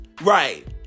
Right